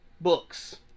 Books